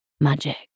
magic